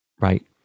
right